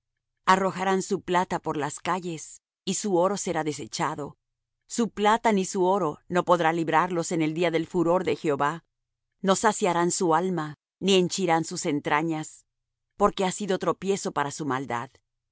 arrojarán su plata por las calles y su oro será desechado su plata ni su oro no podrá librarlos en el día del furor de jehová no saciarán su alma ni henchirán sus entrañas porque ha sido tropiezo para su maldad